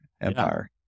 empire